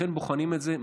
לכן בוחנים את זה,